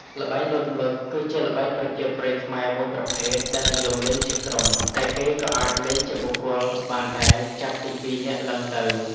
ល្បែងលោតមឹក គឺជាល្បែងប្រជាប្រិយខ្មែរមួយប្រភេទដែលនិយមលេងជាក្រុម តែគេក៏អាចលេងជាបុគ្គលបានដែរចាប់ពីពីរនាក់ឡើងទៅ។